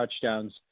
touchdowns